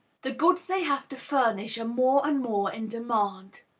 the goods they have to furnish are more and more in demand.